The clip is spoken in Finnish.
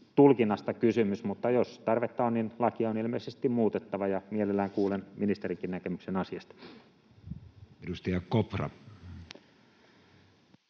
tulkinnasta kysymys, mutta jos tarvetta on, niin lakia on ilmeisesti muutettava, ja mielellään kuulen ministerinkin näkemyksen asiasta. Edustaja Kopra.